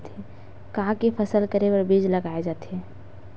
का के फसल करे बर बीज लगाए ला पड़थे?